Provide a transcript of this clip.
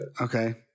Okay